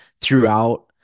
throughout